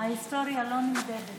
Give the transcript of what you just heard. ההיסטוריה לא נמדדת